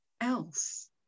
else